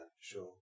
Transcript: sure